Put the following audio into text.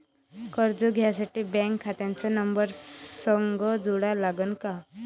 कर्ज घ्यासाठी बँक खात्याचा नंबर संग जोडा लागन का?